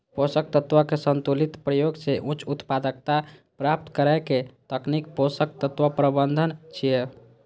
पोषक तत्व के संतुलित प्रयोग सं उच्च उत्पादकता प्राप्त करै के तकनीक पोषक तत्व प्रबंधन छियै